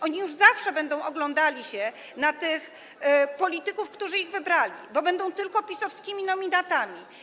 Oni już zawsze będą się oglądali na tych polityków, którzy ich wybrali, bo będą tylko PiS-owskimi nominatami.